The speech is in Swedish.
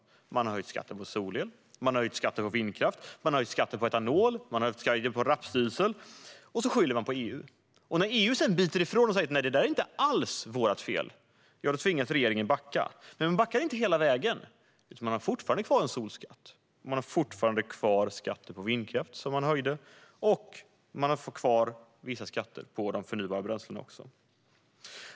Man har höjt skatten på solel, vindkraft, etanol och rapsdiesel, och så har man skyllt på EU. När man sedan från EU:s sida biter ifrån och säger att det inte alls är EU:s fel tvingas regeringen att backa. Men man backar inte hela vägen, utan man har fortfarande kvar en solskatt, och man har fortfarande kvar skatten på vindkraft som man höjde, liksom vissa skatter på de förnybara bränslena.